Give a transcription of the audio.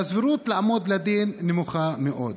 והסבירות לעמוד לדין נמוכה מאוד.